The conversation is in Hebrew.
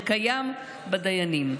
זה קיים בדיינים.